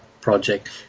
project